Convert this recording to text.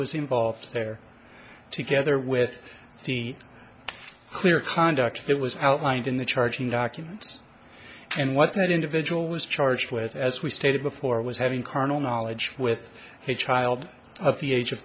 was involved there together with the clear conduct that was outlined in the charging documents and what that individual was charged with as we stated before was having carnal knowledge with a child of the age of